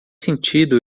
sentido